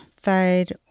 fade